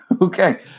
Okay